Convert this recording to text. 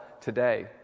today